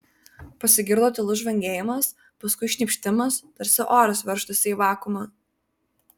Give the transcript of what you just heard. pasigirdo tylus žvangėjimas paskui šnypštimas tarsi oras veržtųsi į vakuumą